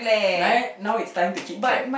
now now it's time to keep track